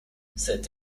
cette